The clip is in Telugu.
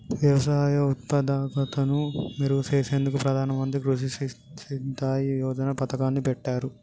వ్యవసాయ ఉత్పాదకతను మెరుగు చేసేందుకు ప్రధాన మంత్రి కృషి సించాయ్ యోజన పతకాన్ని పెట్టారు